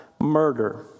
murder